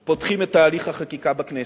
פותחים את תהליך החקיקה של מסקנותיה בכנסת.